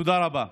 תודה רבה.